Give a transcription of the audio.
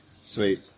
Sweet